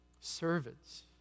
servants